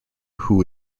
who